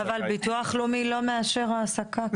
אבל ביטוח לאומי לא מאשר העסקה כדין.